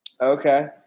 Okay